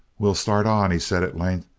we'll start on, he said at length.